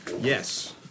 Yes